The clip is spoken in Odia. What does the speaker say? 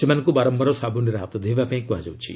ସେମାନଙ୍କୁ ବାରମ୍ଭାର ସାବୁନରେ ହାତ ଧୋଇବା ପାଇଁ କୁହାଯାଉଛି